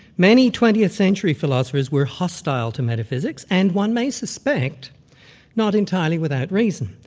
many twentieth century philosophers were hostile to metaphysics, and one may suspect not entirely without reason.